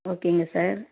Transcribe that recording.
ஓகேங்க சார்